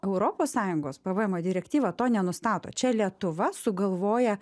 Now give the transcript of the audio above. europos sąjungos pvm o direktyva to nenustato čia lietuva sugalvoja